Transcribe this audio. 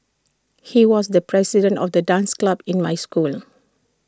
he was the president of the dance club in my school